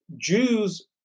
Jews